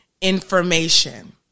information